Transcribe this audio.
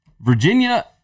Virginia